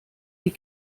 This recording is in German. die